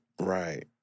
Right